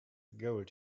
gold